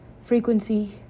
frequency